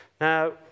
Now